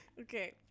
Okay